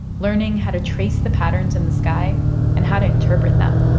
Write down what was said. learning how to trace the patterns in the sky and how to interpret them